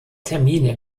termine